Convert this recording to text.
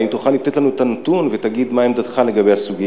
האם תוכל לתת לנו את הנתון ולהגיד מה עמדתך בסוגיה?